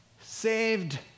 saved